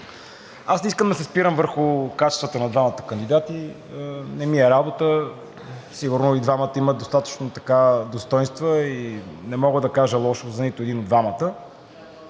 не искам да се спирам върху качествата на двамата кандидати, не ми е работа, сигурно и двамата имат достатъчно достойнства и не мога да кажа лошо за нито един от двамата.